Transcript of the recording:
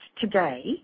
today